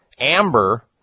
Amber